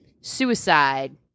suicide